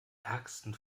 ärgsten